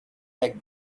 like